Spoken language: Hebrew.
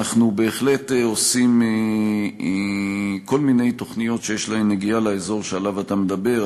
אנחנו בהחלט עושים כל מיני תוכניות שיש להן נגיעה לאזור שעליו אתה מדבר,